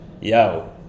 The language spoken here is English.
Yo